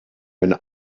and